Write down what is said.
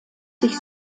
sich